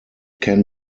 can